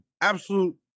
absolute